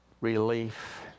relief